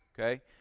okay